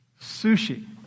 Sushi